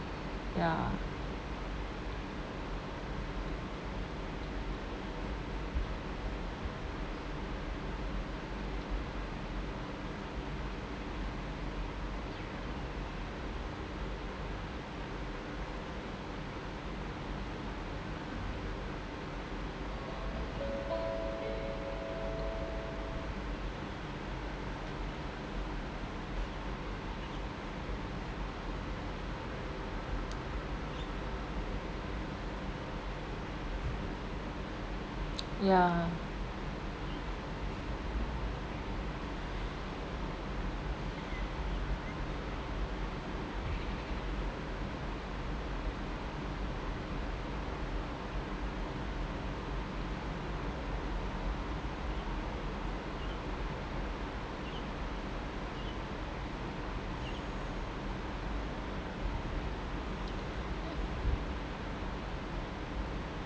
ya ya